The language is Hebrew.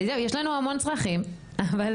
זהו,